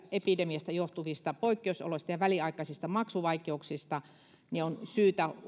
epidemiasta johtuvista poikkeusoloista ja väliaikaisista maksuvaikeuksista on syytä